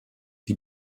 die